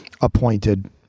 appointed